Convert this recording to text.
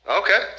okay